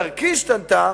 דרכי השתנתה,